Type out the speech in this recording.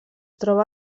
troba